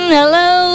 Hello